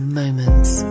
moments